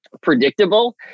Predictable